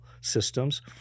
Systems